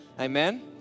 Amen